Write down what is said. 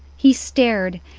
he stared,